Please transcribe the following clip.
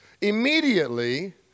Immediately